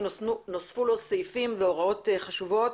ונוספו לו סעיפים והוראות חשובות.